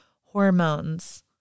hormones